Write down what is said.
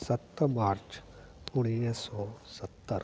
सत मार्च उणिवीह सौ सतरि